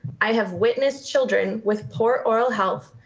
i have witnessed children with poor oral health,